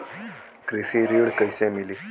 कृषि ऋण कैसे मिली?